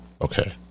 Okay